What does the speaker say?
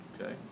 Okay